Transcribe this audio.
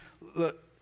look